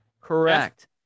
Correct